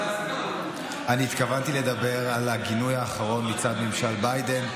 אני התכוונתי לדבר על הגינוי האחרון מצד ממשל ביידן,